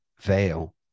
veil